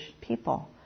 people